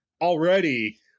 already